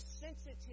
sensitive